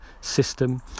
system